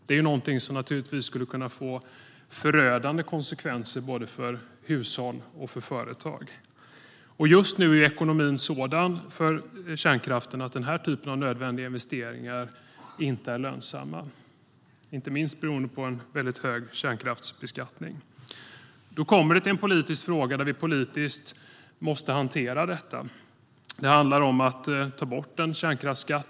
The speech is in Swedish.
Det är något som skulle kunna få förödande konsekvenser för både hushåll och företag. Just nu är ekonomin för kärnkraften sådan att denna typ av nödvändiga investeringar inte är lönsamma, inte minst beroende på en mycket hög kärnkraftsbeskattning. Då blir det en politisk fråga, där vi politiskt måste hantera detta. Det handlar om att ta bort en kärnkraftsskatt.